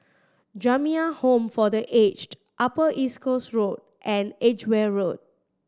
Jamiyah Home for The Aged Upper East Coast Road and Edgware Road